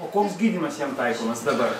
o koks gydymas jam taikomas dabar